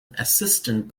assistant